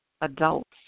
Adults